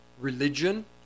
religion